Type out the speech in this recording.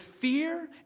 fear